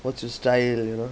what's your style you know